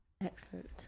Excellent